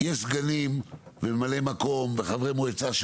יש סגנים וממלאי מקום וחברי מועצה,